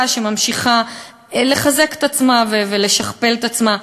שממשיכה לחזק את עצמה ולשכפל את עצמה.